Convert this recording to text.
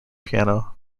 piano